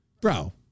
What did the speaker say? bro